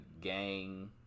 gang